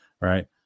Right